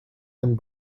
and